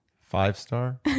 five-star